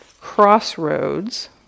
crossroads